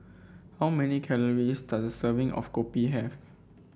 how many calories does a serving of kopi have